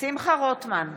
שמחה רוטמן,